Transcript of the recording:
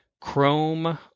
Chrome